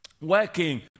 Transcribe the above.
working